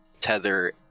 tether